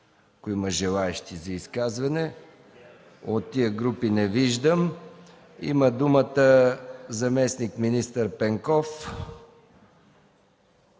ако има желаещи за изказване – от тези групи не виждам. Има думата заместник-министър Пенков.